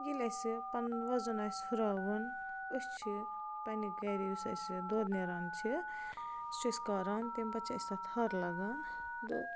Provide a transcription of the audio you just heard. ییٚلہِ اَسہ پنُن وَزن آسہِ ہُرراوُن أسۍ چھِ پنٛنہِ گَرِ یُس اَسہِ یہِ دۄد نیران چھِ سُہ چھِ أسۍ کاران تمہِ پتہٕ چھِ اسہِ تَتھ ۂر لَگان تہٕ